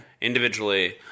Individually